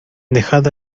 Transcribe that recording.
dejad